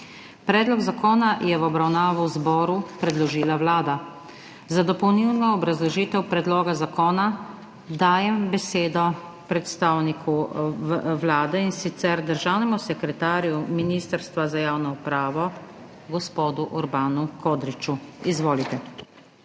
Predlog zakona je v obravnavo zboru predložila Vlada. Za dopolnilno obrazložitev predloga zakona dajem besedo predstavniku Vlade, in sicer državnemu sekretarju Ministrstva za javno upravo gospodu Urbanu Kodriču. Izvolite.